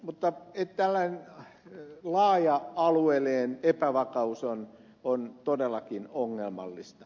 mutta tällainen laaja alueellinen epävakaus on todellakin ongelmallista